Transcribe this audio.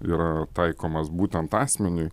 yra taikomas būtent asmeniui